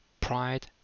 Pride